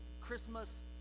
christmas